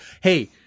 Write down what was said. hey